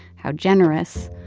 how generous,